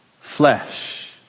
flesh